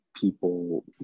people